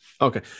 Okay